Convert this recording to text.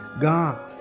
God